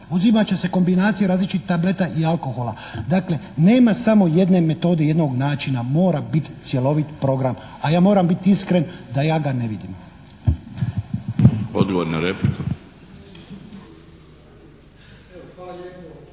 uzimat će se kombinacije različitih tableta i alkohola, dakle nema samo jedne metode, jednog načina, mora biti cjelovit program, a ja moram biti iskren da ja ga ne vidim.